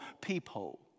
peephole